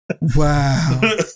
Wow